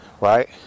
right